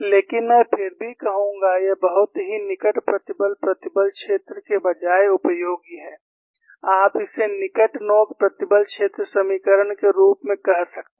लेकिन मैं फिर भी कहूंगा यह बहुत ही निकट प्रतिबल प्रतिबल क्षेत्र के बजाय उपयोगी है आप इसे निकट नोक प्रतिबल क्षेत्र समीकरण के रूप में कह सकते हैं